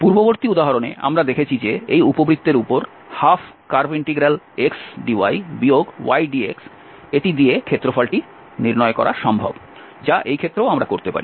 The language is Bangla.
পূর্ববর্তী উদাহরণে আমরা দেখেছি যে এই উপবৃত্তের উপর 12Cxdy ydxদিয়ে ক্ষেত্রফলটি নির্ণয় করা সম্ভব যা এই ক্ষেত্রে আমরা করতে পারি